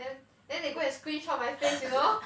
then then they go and screenshot my face you know